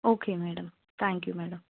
okay madam thank you madam